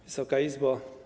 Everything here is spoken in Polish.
Wysoka Izbo!